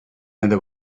other